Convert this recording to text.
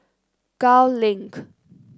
Gul Link